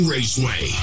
Raceway